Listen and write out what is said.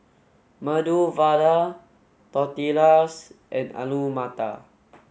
Medu Vada Tortillas and Alu Matar